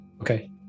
okay